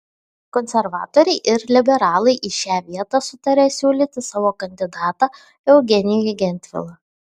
konservatoriai ir liberalai į šią vietą sutarė siūlyti savo kandidatą eugenijų gentvilą